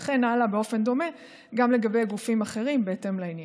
וכן הלאה באופן דומה גם לגבי גופים אחרים בהתאם לעניין.